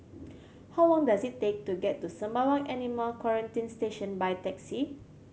how long does it take to get to Sembawang Animal Quarantine Station by taxi